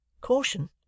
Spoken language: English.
Caution